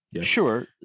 sure